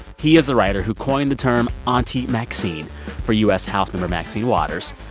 he is the writer who coined the term auntie maxine for u s. house member maxine waters.